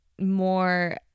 more